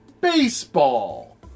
baseball